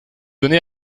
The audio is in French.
donné